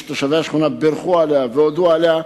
שתושבי השכונה בירכו עליה והודו עליה,